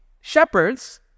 shepherds